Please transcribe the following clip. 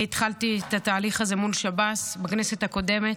אני התחלתי את התהליך הזה מול שב"ס בכנסת הקודמת,